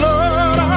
Lord